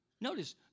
Notice